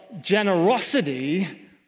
generosity